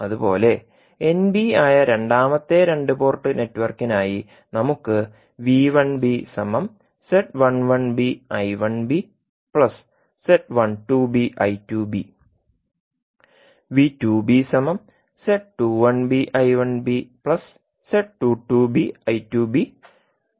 അതുപോലെ N b ആയ രണ്ടാമത്തെ രണ്ട് പോർട്ട് നെറ്റ്വർക്കിനായി നമുക്ക് എഴുതാം